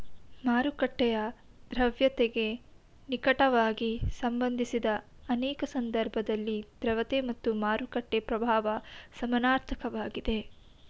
ಮಾರುಕಟ್ಟೆಯ ದ್ರವ್ಯತೆಗೆ ನಿಕಟವಾಗಿ ಸಂಬಂಧಿಸಿದ ಅನೇಕ ಸಂದರ್ಭದಲ್ಲಿ ದ್ರವತೆ ಮತ್ತು ಮಾರುಕಟ್ಟೆ ಪ್ರಭಾವ ಸಮನಾರ್ಥಕ ವಾಗಿದೆ